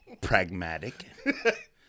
pragmatic